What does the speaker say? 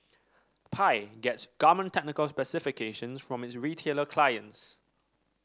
pi gets garment technical specifications from its retailer clients